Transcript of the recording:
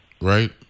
right